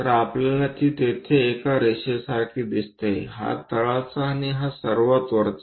तर आपल्याला ती तिथे एका रेषेसारखी दिसते हा तळाचा आणि हा सर्वात वरचा